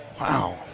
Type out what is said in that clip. Wow